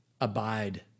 abide